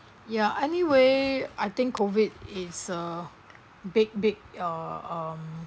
ya anyway I think COVID is a big big uh um